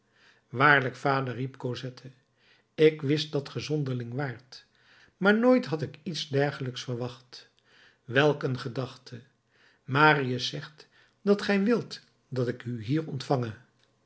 waarlijk vader riep cosette ik wist dat ge zonderling waart maar nooit had ik iets dergelijks verwacht welk een gedachte marius zegt dat gij wilt dat ik u hier ontvange